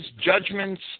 judgments